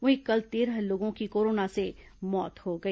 वहीं कल तेरह लोगों की कोरोना से मौत हो गई